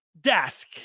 desk